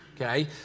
okay